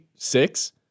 Six